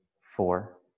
four